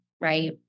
right